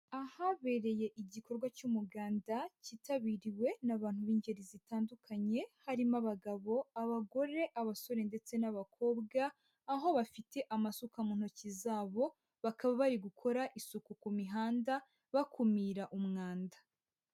Ahabereye igikorwa cy'umuganda cyitabiriwe n'abantu b'ingeri zitandukanye harimo abagabo, abagore, abasore ndetse n'abakobwa, aho bafite amasuka mu ntoki zabo, bakaba bari gukora isuku ku mihanda bakumira umwanda.